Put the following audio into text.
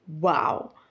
wow